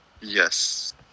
Yes